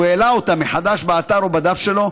והוא העלה אותה מחדש באתר או בדף שלו,